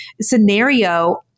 scenario